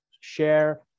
share